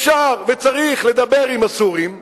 אפשר וצריך לדבר עם הסורים,